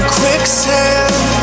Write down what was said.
quicksand